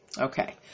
Okay